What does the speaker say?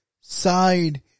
side